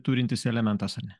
turintis elementas ar ne